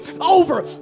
over